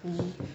你